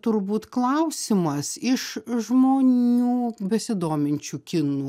turbūt klausimas iš žmonių besidominčių kinu